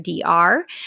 Dr